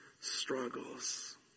struggles